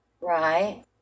Right